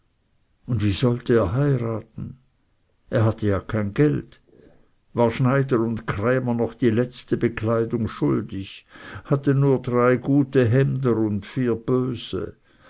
und wie sollte er heiraten er hatte ja kein geld war schneider und krämer noch die letzte bekleidung schuldig hatte nur drei gute hemder und vier böse